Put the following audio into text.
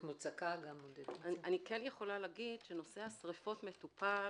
נושא אני יכולה לומר שנושא השריפות מטופל